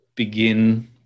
Begin